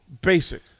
Basic